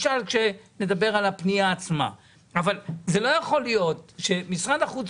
אם אני מצטרף לממשלה אני לא מצטרף לממשלה אני יכול לקבל שני משרדים,